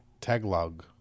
Tagalog